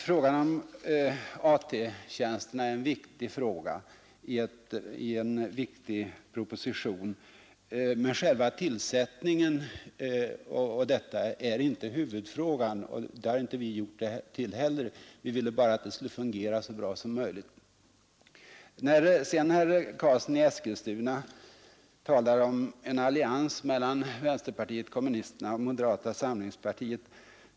Frågan om AT-tjänsterna är en viktig fråga i en viktig proposition. Men tillsättningen är inte huvudfrågan, och det har vi inte gjort den till heller. Vi ville bara att den detaljen skulle fungera så bra som möjligt. Herr Karlsson i Eskilstuna talar om en allians mellan vänsterpartiet kommunisterna och moderata samlingspartiet.